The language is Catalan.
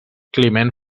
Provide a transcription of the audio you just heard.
climent